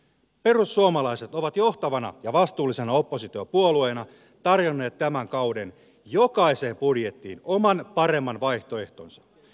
perussuomalaiset ovat johtavana ja vastuullisena oppositiopuolueena tarjonneet tämän kauden jokaiseen budjettiin oman paremman vaihtoehtonsa